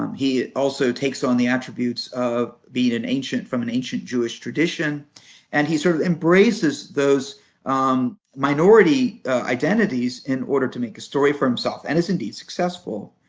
um he also takes on the attributes of being an ancient from an ancient jewish tradition and he sort of embraces those um minority identities in order to make a story for himself and is and successful.